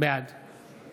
בעד